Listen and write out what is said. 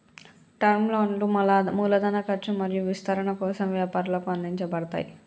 term లోన్లు మూలధన ఖర్చు మరియు విస్తరణ కోసం వ్యాపారాలకు అందించబడతయ్